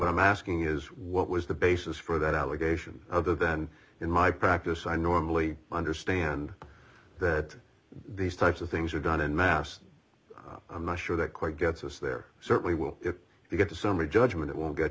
i'm asking is what was the basis for that allegation other than in my practice i normally understand that these types of things are done in mass i'm not sure that quite gets us there certainly will if you get a summary judgment it won't get